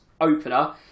opener